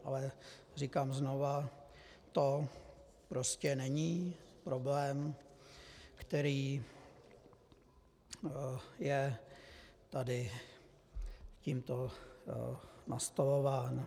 Ale říkám znova, to prostě není problém, který je tady tímto nastolován.